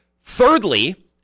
Thirdly